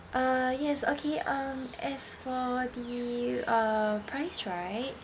uh yes okay um as for the uh price right